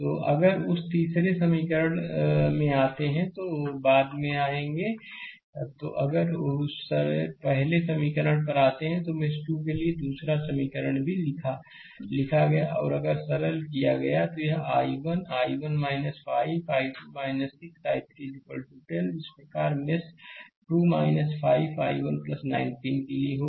तो अगर उस तीसरे समीकरण में आते हैं तो बाद में आएंगे स्लाइड समय देखें 1502 तो अगर उस पहले समीकरण पर आते हैं तो मेष 2 के लिए दूसरा समीकरण भी लिखा लिखा और अगर सरल किया जाए तो यह 11 I1 5 I2 6 I3 12 इसी प्रकार मेष 2 5 I1 19 के लिए होगा